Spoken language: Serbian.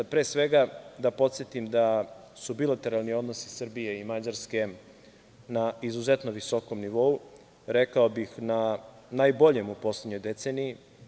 Pre svega da podsetim da su bilateralni odnosi Srbije i Mađarske na izuzetno visokom nivou, rekao bih na najboljem u poslednjoj deceniji.